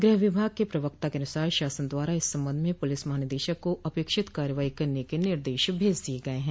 गृह विभाग के प्रवक्ता के अनुसार शासन द्वारा इस संबंध में पुलिस महानिदेशक को अपेक्षित कार्रवाई के निर्देश भेज दिये गये हैं